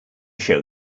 show